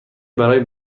برای